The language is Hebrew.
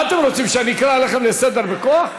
מה אתם רוצים, שאני אקרא אתכם לסדר בכוח?